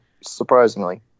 Surprisingly